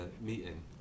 meeting